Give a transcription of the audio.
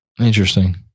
Interesting